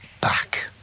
back